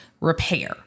repair